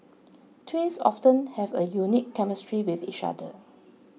twins often have a unique chemistry with each other